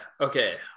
Okay